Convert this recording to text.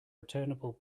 returnable